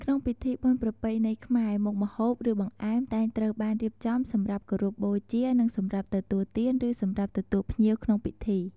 ក្នុងពិធីបុណ្យប្រពៃណីខ្មែរ មុខម្ហូបឬបង្អែម តែងត្រូវបានរៀបចំសម្រាប់គោរពបូជានិង សម្រាប់ទទួលទាន ឬសម្រាប់ទទួលភ្ញៀវក្នុងពិធី ។